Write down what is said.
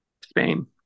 spain